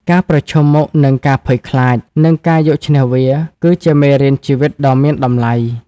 ការប្រឈមមុខនឹងការភ័យខ្លាច និងការយកឈ្នះវា គឺជាមេរៀនជីវិតដ៏មានតម្លៃ។